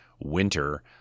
winter